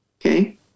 Okay